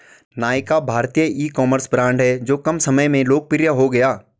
नायका भारतीय ecommerce brand हैं जो कम समय में लोकप्रिय हो गया